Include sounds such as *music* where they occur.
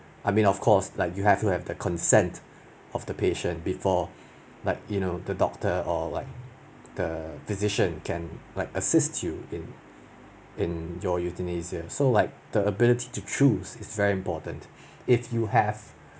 I mean of course like you to have the consent of the patient before like you know the doctor or like um the physician can like assist you in in you euthanasia so like the ability to choose is very important *breath* if you have